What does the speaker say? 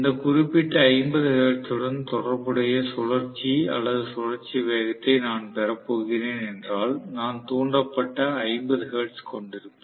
இந்த குறிப்பிட்ட 50 ஹெர்ட்ஸுடன் தொடர்புடைய சுழற்சி அல்லது சுழற்சி வேகத்தை நான் பெறப் போகிறேன் என்றால் நான் தூண்டப்பட பட்ட 50 ஹெர்ட்ஸ் கொண்டிருப்பேன்